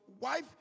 wife